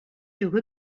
purent